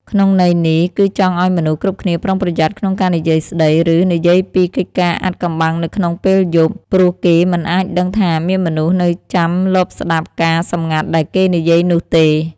ក្នុងន័យនេះ គឺចង់ឲ្យមនុស្សគ្រប់គ្នាប្រុងប្រយ័ត្នក្នុងការនិយាយស្តី ឬនិយាយពីកិច្ចការអាថ៌កំបាំងនៅក្នុងពេលយប់ ព្រោះគេមិនអាចដឹងថាមានមនុស្សនៅចាំលបស្តាប់ការណ៍សម្ងាត់ដែលគេនិយាយនោះទេ។